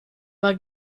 war